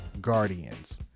Guardians